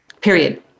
period